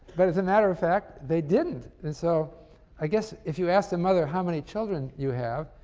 but as a matter of fact they didn't. and so i guess, if you asked the mother, how many children you have,